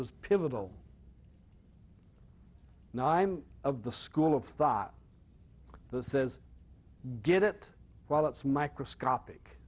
was pivotal and i'm of the school of thought the says get it while it's microscopic